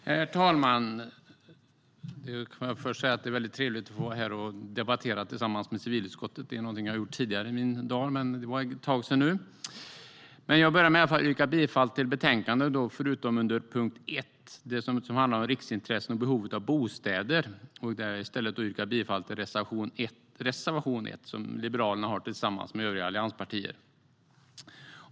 Herr talman! Jag vill först säga att det är väldigt trevligt att få vara här och debattera tillsammans med civilutskottet. Det är någonting jag har gjort i tidigare dagar, men nu var det ett tag sedan. Jag vill börja med att yrka bifall till utskottets förslag i betänkandet förutom under punkt 1, det som handlar om riksintressen och behov av bostäder. Där yrkar jag i stället bifall till reservation 1 som Liberalerna har tillsammans med övriga allianspartier.